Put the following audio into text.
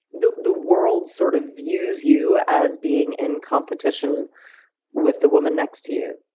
the the world sort of views you as being in competition with the woman next to you,